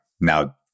now